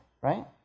right